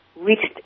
reached